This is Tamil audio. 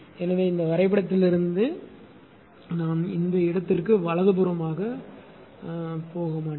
எனவே இந்த வரைபடத்திலிருந்து நான் இந்த இடத்திற்கு வலதுபுறம் போக மாட்டேன்